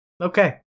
Okay